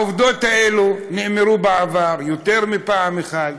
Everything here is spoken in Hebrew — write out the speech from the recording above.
העובדות האלו נאמרו בעבר יותר מפעם אחת,